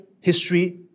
history